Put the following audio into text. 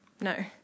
No